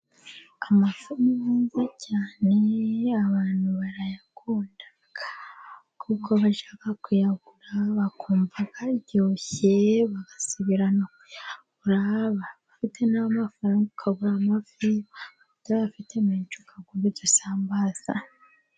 Amafi ni meza cyane abantu barayakunda kuko bajya kuyagura bakumva aryoshye bagasubira no kuyagura waba ufite n'amafaranga ukagura amafi waba utayafite menshi ukagura izo sambaza.